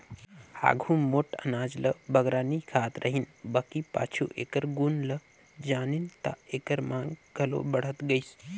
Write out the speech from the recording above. आघु मोट अनाज ल बगरा नी खात रहिन बकि पाछू एकर गुन ल जानिन ता एकर मांग घलो बढ़त गइस